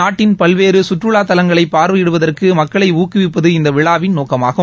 நாட்டின் பல்வேறு சுற்றுவாத் தலங்களை பார்வையிடுவதற்கு மக்களை ஊக்குவிப்பது இந்த விழாவின் நோக்கமாகும்